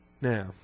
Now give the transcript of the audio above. Now